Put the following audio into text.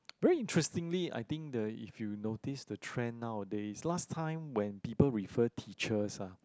very interestingly I think the if you notice the trend nowadays last time when people refer teachers lah